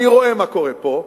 אני רואה מה קורה פה.